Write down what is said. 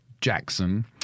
Jackson